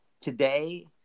today